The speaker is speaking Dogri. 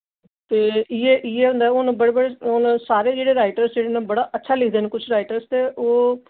ते इ'यै इ'यै होंदा हून बड़े बड़े राइटर जेह्ड़े नै बड़ा अच्छा लिखदे न किश राइटर्स ते ओह्